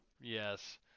Yes